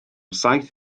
saith